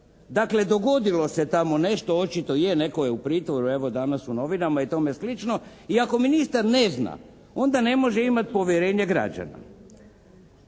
Dakle dogodilo se tamo nešto, očito je, netko je u pritvoru, evo danas u novinama i tome slično, i ako ministar ne zna onda ne može imati povjerenje građana.